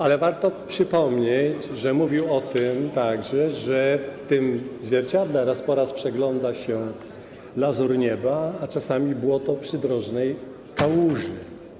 Ale warto przypomnieć, że mówił także o tym, że w tym zwierciadle raz po raz przegląda się lazur nieba, a czasami błoto przydrożnej kałuży.